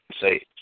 say